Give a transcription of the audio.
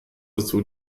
dazu